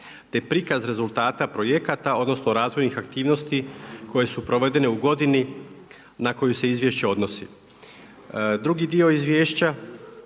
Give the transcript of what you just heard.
te prikaz rezultata projekata, odnosno razvojnih aktivnosti koje su provedene u godini na koju se izvješće odnosi. Drugi dio izvješća,